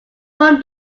from